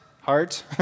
heart